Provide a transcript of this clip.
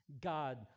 God